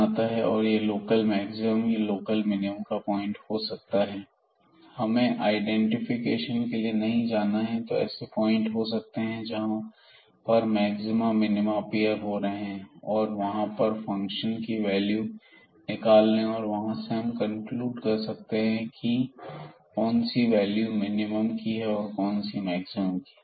We do not have to actually go for the identification so there will be few points where the maxima minima can appear and then we will get the function value at those points And from there we can conclude which is the maximum value and which is the minimum value हमें identification के लिए नहीं जाना है तो ऐसे point हो सकते हैं जहां पर मैक्सिमा मिनिमा अपीयर हो रहे हैं और वहां पर हम फंक्शन की वैल्यू निकाल लें और वहां से हम कनक्लूड कर सकते हैं कि कौन सी वैल्यू मिनिमम है और कौन सी मैक्सिमम